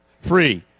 free